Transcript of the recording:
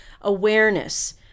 awareness